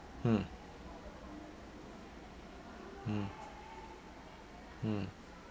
mm mm mm